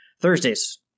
Thursdays